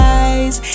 eyes